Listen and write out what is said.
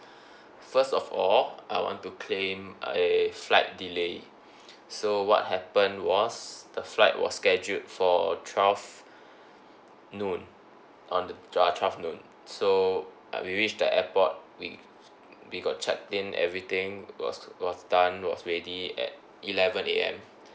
first of all I want to claim a flight delay so what happened was the flight was scheduled for twelve noon on the uh twelve noon so uh we reached the airport we we got check in everything was was done was ready at eleven A_M